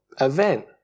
event